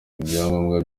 ibyangombwa